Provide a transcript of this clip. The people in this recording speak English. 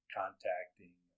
contacting